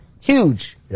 huge